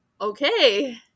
okay